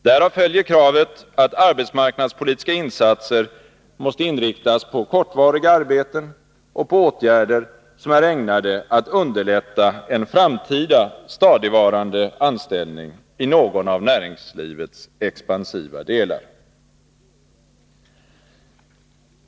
Därav följer kravet att arbetsmarknadspolitiska insatser måste inriktas på kortvariga arbeten och på åtgärder, som är ägnade att underlätta en framtida stadigvarande anställning i någon av näringslivets expansiva delar.